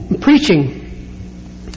preaching